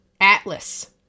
Atlas